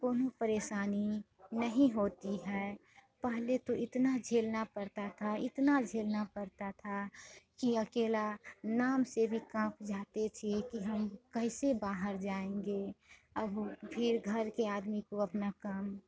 कोनो परेशानी नहीं होती है पहले तो इतना झेलना पड़ता था इतना झेलना पड़ता था कि अकेला नाम से भी काँप जाती थी कि हम कैसे बाहर जाएँगे अब फिर घर के आदमी को अपना काम